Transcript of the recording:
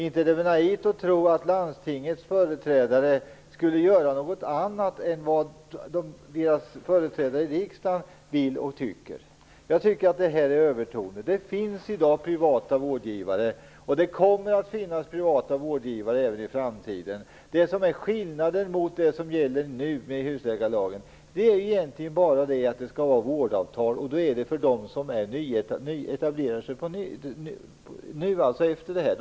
Det är väl inte naivt att tro att landstingens företrädare inte skulle göra något annat än vad deras företrädare i riksdagen vill och tycker? Jag tycker att det här är övertoner. Det finns i dag privata vårdgivare, och det kommer att finnas privata vårdgivare även i framtiden. Det som är skillnaden mot det som nu gäller med husläkarlagen är bara att det skall vara vårdavtal, och det är för dem som etablerar sig efter detta.